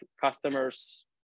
customers